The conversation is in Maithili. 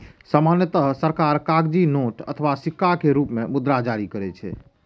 सामान्यतः सरकार कागजी नोट अथवा सिक्का के रूप मे मुद्रा जारी करै छै